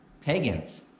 pagans